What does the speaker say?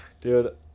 Dude